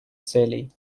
целей